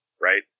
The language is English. right